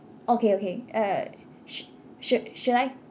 okay okay uh sh~ should should I